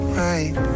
right